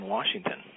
Washington